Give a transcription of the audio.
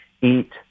eat